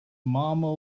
mama